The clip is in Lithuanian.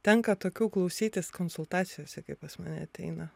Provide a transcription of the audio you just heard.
tenka tokių klausytis konsultacijose kai pas mane ateina